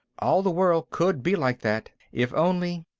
all the world could be like that, if only.